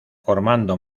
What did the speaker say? formando